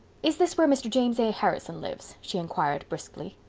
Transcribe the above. is this where mr. james a. harrison lives? she inquired briskly.